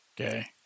Okay